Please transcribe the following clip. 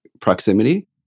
proximity